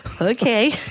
okay